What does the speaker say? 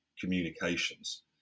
communications